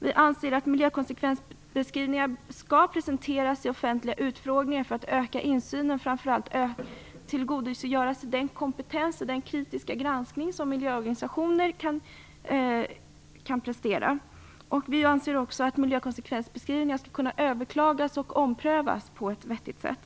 Vi anser att miljökonsekvensbeskrivningar skall presenteras i offentliga utfrågningar för att öka insynen så att man framför allt kan tillgodogöra sig den kompetens och den kritiska granskning som miljöorganisationerna kan prestera. Vi anser också att miljökonsekvensbeskrivningar skall kunna överklagas och omprövas på ett vettigt sätt.